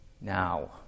now